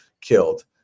killed